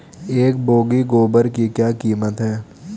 एक बोगी गोबर की क्या कीमत है?